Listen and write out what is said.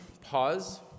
Pause